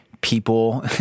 people